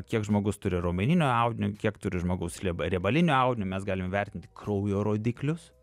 kiek žmogus turi raumeninio audinio kiek turi žmogus rieba riebalinio audinio mes galim vertinti kraujo rodiklius